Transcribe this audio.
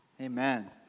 Amen